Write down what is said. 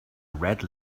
red